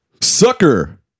Sucker